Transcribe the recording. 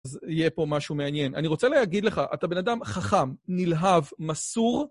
אז יהיה פה משהו מעניין. אני רוצה להגיד לך, אתה בן אדם חכם, נלהב, מסור.